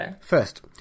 first